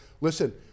listen